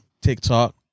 TikTok